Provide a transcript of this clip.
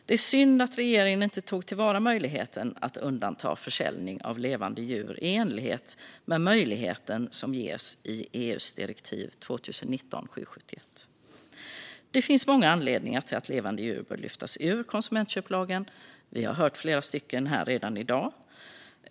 Det är synd att regeringen inte tog till vara möjligheten att undanta försäljning av levande djur i enlighet med möjligheten som ges i EU:s direktiv 2019/771. Det finns många anledningar till att levande djur bör lyftas ur konsumentköplagen. Vi har redan hört flera här i dag.